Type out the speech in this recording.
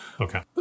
okay